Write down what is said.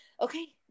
okay